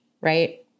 right